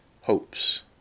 hopes